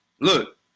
Look